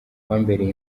wambereye